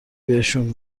بهشون